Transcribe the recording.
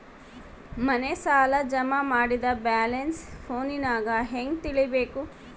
ಮನೆ ಸಾಲ ಜಮಾ ಮಾಡಿದ ಬ್ಯಾಲೆನ್ಸ್ ಫೋನಿನಾಗ ಹೆಂಗ ತಿಳೇಬೇಕು?